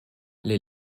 les